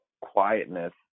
quietness